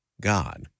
God